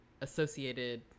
associated